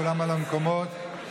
כולם למקומות.